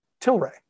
Tilray